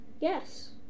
Yes